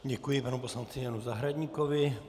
Děkuji panu poslanci Janu Zahradníkovi.